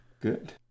Good